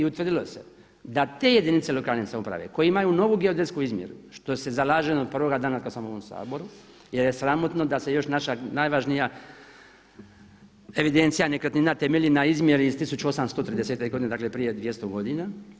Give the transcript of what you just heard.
I utvrdilo se da te jedinice lokalne samouprave koje imaju novu geodetsku izmjeru za što se zalažem od prvoga dana od kada sam u ovom Saboru jer je sramotno da se još naša najvažnija evidencija nekretnina temelji na izmjeri iz 1830. godine, dakle prije 200 godina.